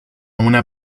una